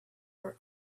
were